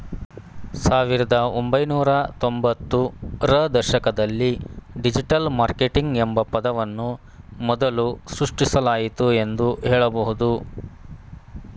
ಸಾವಿರದ ಒಂಬೈನೂರ ತ್ತೊಂಭತ್ತು ರ ದಶಕದಲ್ಲಿ ಡಿಜಿಟಲ್ ಮಾರ್ಕೆಟಿಂಗ್ ಎಂಬ ಪದವನ್ನು ಮೊದಲು ಸೃಷ್ಟಿಸಲಾಯಿತು ಎಂದು ಹೇಳಬಹುದು